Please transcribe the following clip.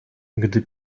gdy